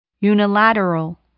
unilateral